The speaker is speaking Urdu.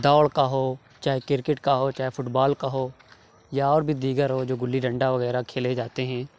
دوڑ کا ہو چاہے کرکٹ کا ہو چاہے فٹ بال کا ہو یا اور بھی دیگر ہو جو گلی ڈنڈا وغیرہ کھیلے جاتے ہیں